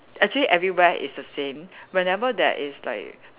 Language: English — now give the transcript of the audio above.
actually everywhere is the same whenever there is like